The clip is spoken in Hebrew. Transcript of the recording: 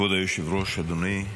כבוד היושב-ראש, אדוני,